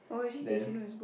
then